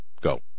go